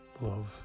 love